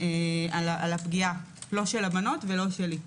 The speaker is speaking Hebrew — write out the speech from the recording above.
על הפגיעה לא של הבנות ולא שלי.